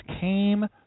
came